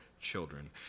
children